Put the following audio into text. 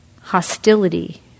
hostility